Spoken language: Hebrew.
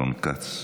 רון כץ,